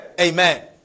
Amen